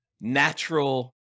natural